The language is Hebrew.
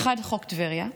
האחד חוק טבריה,